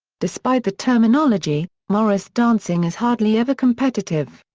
despite the terminology, morris dancing is hardly ever competitive.